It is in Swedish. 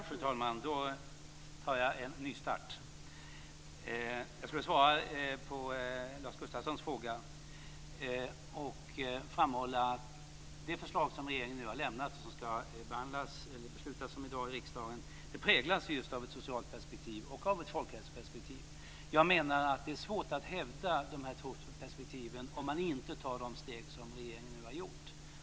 Fru talman! Jag vill framhålla att det förslag som regeringen nu har lämnat och som det ska beslutas om i dag i riksdagen präglas just av ett socialt perspektiv och av ett folkhälsoperspektiv. Jag menar att det är svårt att hävda dessa två perspektiv om man inte tar de steg som regeringen nu har gjort.